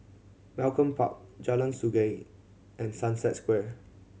Malcolm Park Jalan Sungei and Sunset Square